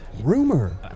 rumor